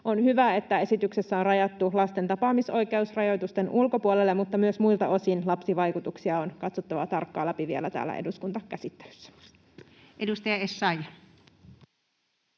On hyvä, että esityksessä on rajattu lasten tapaamisoikeus rajoitusten ulkopuolelle, mutta myös muilta osin lapsivaikutuksia on katsottava tarkkaan läpi vielä täällä eduskuntakäsittelyssä. [Speech 11]